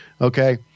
Okay